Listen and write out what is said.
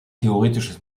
theoretisches